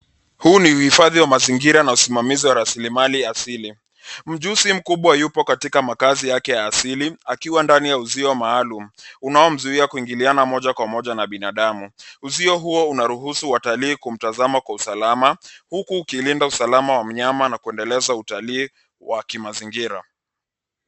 Huu ni uhifadhi wa mazingira na usimamizi wa raslimali asili. Mjusi mkubwa yupo katika makazi yake ya asili akiwa ndani ya uzio maalum unaomzuia kuingilia moja kwa moja na binadamu. Uzio huo unawaruhusu watalii kumtazama kwa usalama huku ukilinda usalama wa mnyama na kuendeleza utalii wa kimazingira.